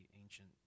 ancient